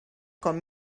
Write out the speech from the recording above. com